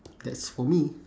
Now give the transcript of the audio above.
that's for me